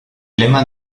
lema